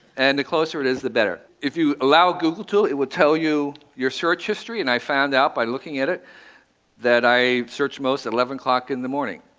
and the closer it is, the better. if you allow google to, it will tell you your search history. and i found out by looking at it that i search most at eleven o'clock in the morning.